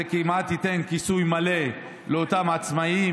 זה כמעט ייתן כיסוי מלא לאותם עצמאים,